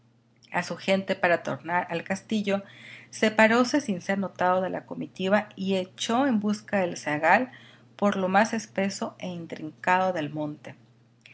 a su gente para tornar al castillo separóse sin ser notado de la comitiva y echó en busca del zagal por lo más espeso e intrincado del monte